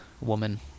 woman